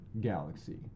galaxy